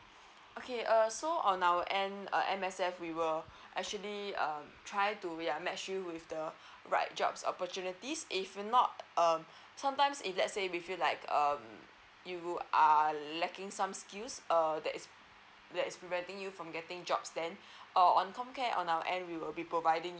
okay err so on our end err M_S_F we will actually um try to ya match you with the right jobs opportunities if not um sometimes if lets say we feel like um you are lacking some skills err that is that's preventing you from getting jobs then err on com care on our end we will be providing you